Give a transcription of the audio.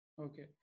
okay